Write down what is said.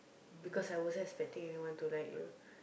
because I wasn't expecting anyone to like you